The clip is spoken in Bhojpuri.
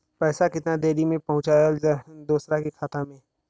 पैसा कितना देरी मे पहुंचयला दोसरा के खाता मे?